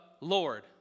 Lord